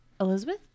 Elizabeth